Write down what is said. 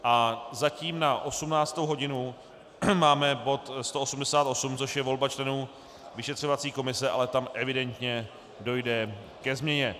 A zatím na 18. hodinu máme bod 188, což je volba členů vyšetřovací komise, ale tam evidentně dojde ke změně.